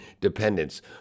dependence